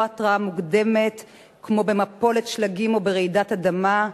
התראה מוקדמת כמו במפולת שלגים או ברעידת אדמה,